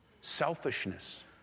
Selfishness